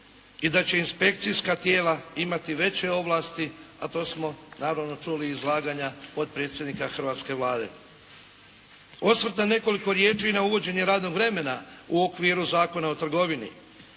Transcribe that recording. I da će inspekcijska tijela imati veće ovlasti, a to smo naravno čuli iz izlaganja potpredsjednika hrvatske Vlade. Osvrt na nekoliko riječi i na uvođenje radnog vremena u okviru Zakona o trgovini.